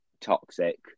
toxic